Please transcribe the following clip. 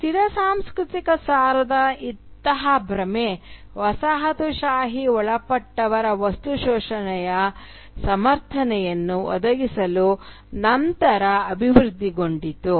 ಸ್ಥಿರ ಸಾಂಸ್ಕೃತಿಕ ಸಾರದ ಇಂತಹ ಭ್ರಮೆ ವಸಾಹತುಶಾಹಿ ಒಳಪಟ್ಟವರ ವಸ್ತು ಶೋಷಣೆಗೆ ಸಮರ್ಥನೆಯನ್ನು ಒದಗಿಸಲು ನಂತರ ಅಭಿವೃದ್ಧಿಗೊಂಡಿತು